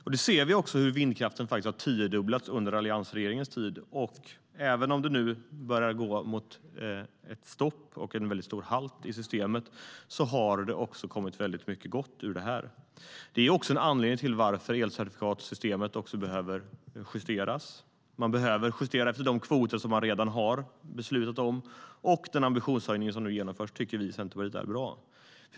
Vi ser också hur vindkraften har tiodubblats under alliansregeringens tid. Även om det nu börjar gå mot ett stopp i systemet har det kommit mycket gott ur det här. Det är också en anledning till varför elcertifikatssystemet behöver justeras. Man behöver justera efter de kvoter som man redan har beslutat om, och den ambitionshöjning som nu genomförs tycker vi i Centerpartiet är bra.